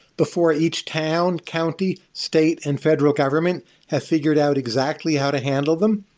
before each town, county, state, and federal government have figured out exactly how to handle them.